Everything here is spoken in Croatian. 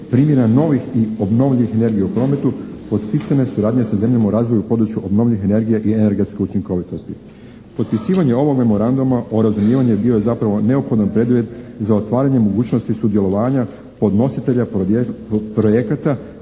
primjena novih i obnovljivih energija u prometu, poticana suradnja sa zemljama u razvoju u području obnovljivih energija i energetske učinkovitosti. Potpisivanje ovog Memoranduma o razumijevanju je bio zapravo neophodan preduvjet za otvaranje mogućnosti sudjelovanja podnositelja projekata,